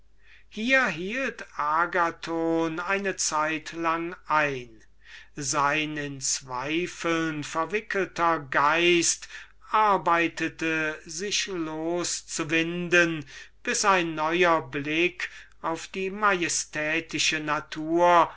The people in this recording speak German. hier hielt agathon eine zeitlang inne sein in zweifeln verwickelter geist arbeitete sich loszuwinden bis ein neuer blick auf die majestätische natur